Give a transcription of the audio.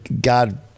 God